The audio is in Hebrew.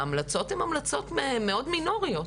ההמלצות הן המלצות מאוד מינוריות.